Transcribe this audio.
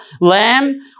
lamb